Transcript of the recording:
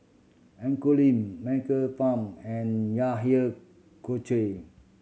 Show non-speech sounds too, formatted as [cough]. [unintelligible] Lim Michael Fam and [unintelligible]